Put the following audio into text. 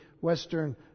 Western